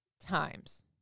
times